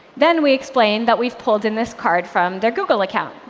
then we explained that we've pulled in this card from their google account.